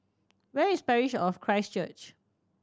where is Parish of Christ Church